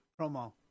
promo